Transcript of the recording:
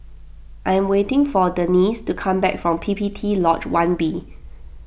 I am waiting for Denice to come back from P P T Lodge one B